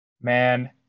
Man